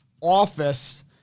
office